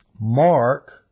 Mark